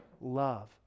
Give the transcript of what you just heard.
love